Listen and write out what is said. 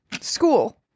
School